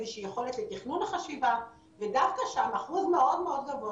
איזה שהיא יכולת של תכנון וחשיבה ודווקא שם אחוז מאוד מאוד גבוה